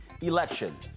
election